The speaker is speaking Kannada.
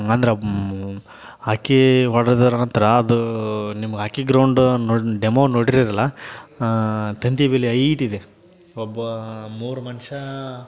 ಅಂದ್ರೆ ಮೂ ಹಾಕಿ ಹೊಡೆದ ನಂತರ ಅದು ನಿಮ್ಗೆ ಹಾಕಿ ಗ್ರೌಂಡ್ ನೊ ಡೆಮೋ ನೋಡೀರಲ್ಲ ತಂತಿ ಬೇಲಿ ಐಟಿದೆ ಒಬ್ಬ ಮೂರು ಮನುಷ್ಯ